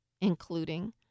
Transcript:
including